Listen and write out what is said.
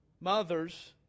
mothers